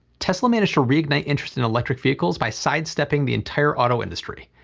tesla managed to reignite interest in electric vehicles by side stepping the entire auto industry,